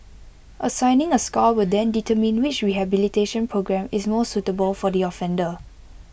assigning A score will then determine which rehabilitation programme is most suitable for the offender